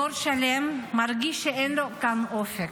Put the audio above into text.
דור שלם מרגיש שאין לו כאן אופק.